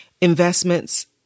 investments